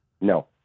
No